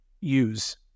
use